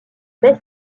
best